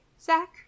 Zach